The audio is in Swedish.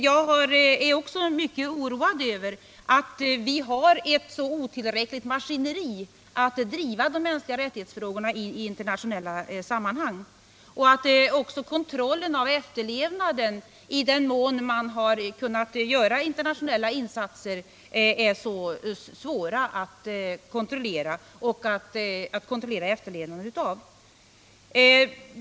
Jag är också mycket oroad över att vi har ett så otillräckligt maskineri för att driva frågorna om de mänskliga rättigheterna i internationella sammanhang och att också kontrollen — i den mån internationella insatser härför varit möjliga — av att dessa rättigheter tillgodoses är så svår att genomföra.